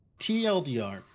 TLDR